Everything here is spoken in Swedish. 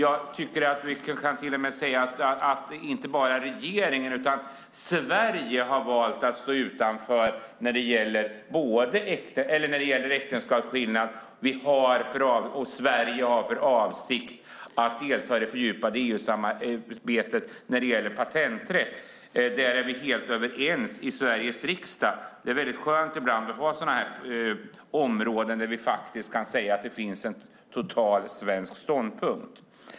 Jag tycker att vi till och med kan säga att inte bara regeringen utan Sverige har valt att stå utanför när det gäller äktenskapsskillnad, och Sverige har för avsikt att delta i det fördjupade EU-samarbetet när det gäller patenträtt. Där är vi helt överens i Sveriges riksdag. Det är väldigt skönt att ibland ha områden där vi faktiskt kan säga att det finns en total enighet i svensk ståndpunkt.